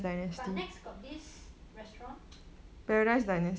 but NEX got this restuarnt